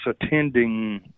attending